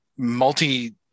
multi